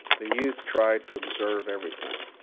the youth tried to observe everything.